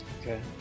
Okay